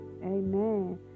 Amen